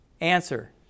answer